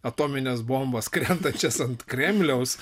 atomines bombas krentančias ant kremliaus